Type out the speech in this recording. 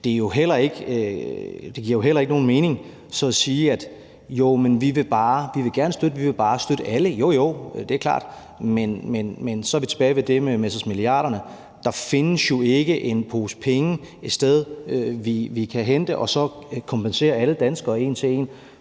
det giver så heller ikke nogen mening at sige: Jo, vi vil gerne støtte, men vi vil bare støtte alle. Jo, jo, det er klart, men så er vi tilbage til det med milliarderne. Der findes jo ikke noget sted en pose penge, vi kan hente, så vi kan kompensere alle danskere en til en